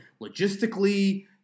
logistically